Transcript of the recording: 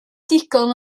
digon